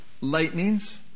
Lightnings